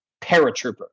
paratrooper